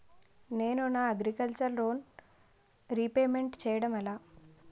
నేను నా agriculture loan repayment చేయడం ఎలా?